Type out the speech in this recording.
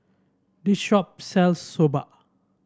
this shop sells Soba